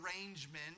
arrangement